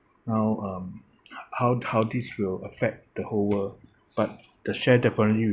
now um h~ how how this will affect the whole world but the share definitely will